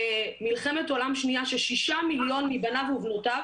במלחמת עולם שנייה ששישה מיליון מבניו ובנותיו